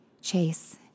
Chase